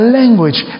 language